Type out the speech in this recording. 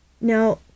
Now